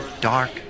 dark